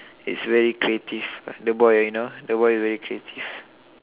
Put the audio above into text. it's very creative the boy you know the boy is very creative